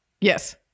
Yes